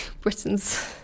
Britain's